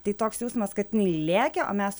tai toks jausmas kad lėkė o mes